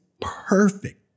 perfect